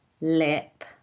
lip